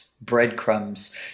breadcrumbs